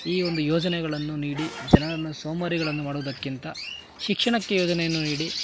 ಈ ಒಂದು ಯೋಜನೆಗಳನ್ನು ನೀಡಿ ಜನರನ್ನು ಸೋಮಾರಿಗಳನ್ನು ಮಾಡುವುದಕ್ಕಿಂತ ಶಿಕ್ಷಣಕ್ಕೆ ಯೋಜನೆಯನ್ನು ನೀಡಿ